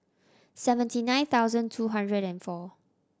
seventy nine thousand two hundred and four